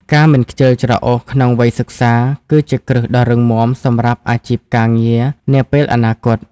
ការមិនខ្ជិលច្រអូសក្នុងវ័យសិក្សា គឺជាគ្រឹះដ៏រឹងមាំសម្រាប់អាជីពការងារនាពេលអនាគត។